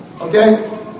Okay